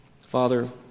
Father